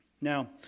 Now